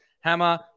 hammer